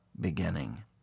beginning